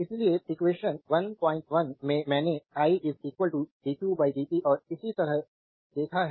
slide time देखें 0710 तो इसलिए एक्वेशन 11 से मैंने I dq dt और इसी तरह देखा है